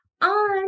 on